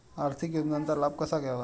आर्थिक योजनांचा लाभ कसा घ्यावा?